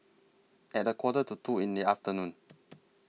At A Quarter to two in The afternoon